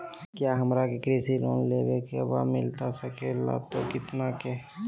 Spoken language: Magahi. क्या हमारा कृषि लोन लेवे का बा मिलता सके ला तो कितना के?